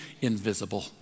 invisible